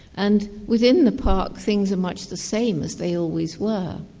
and within the park things are much the same as they always were,